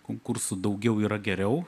konkursų daugiau yra geriau